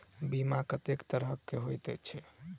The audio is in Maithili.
बीमा कत्तेक तरह कऽ होइत छी?